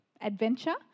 adventure